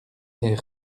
les